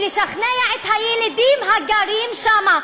ולשכנע את הילידים הגרים שם,